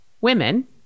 women